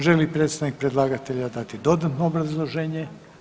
Želi li predstavnik predlagatelja dati dodatno obrazloženje?